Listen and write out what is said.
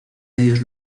medios